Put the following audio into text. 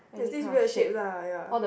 there's this weird shape lah ya